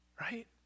right